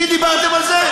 אתי דיברתם על זה?